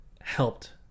helped